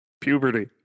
puberty